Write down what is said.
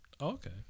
Okay